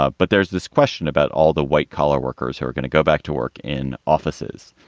ah but there's this question about all the white collar workers who are going to go back to work in offices.